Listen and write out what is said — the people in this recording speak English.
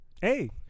Hey